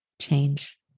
change